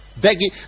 begging